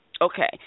Okay